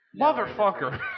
Motherfucker